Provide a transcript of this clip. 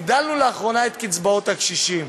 הגדלנו לאחרונה את קצבאות הקשישים,